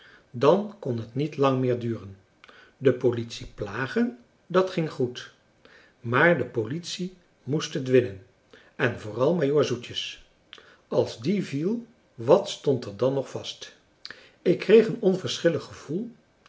dan kon het niet lang meer duren de politie plagen dat ging goed maar de politie moest het winnen en vooral majoor zoetjes als die viel wat stond er dan nog vast ik kreeg een onverschillig gevoel